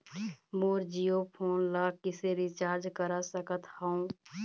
मोर Jio phone ला किसे recharge करा सकत हवं?